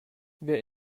wer